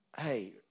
Hey